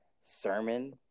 sermon